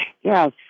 Yes